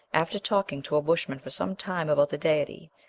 after talking to a bushman for some time about the deity,